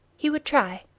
he would try.